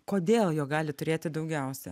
kodėl jo gali turėti daugiausia